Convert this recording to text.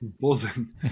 buzzing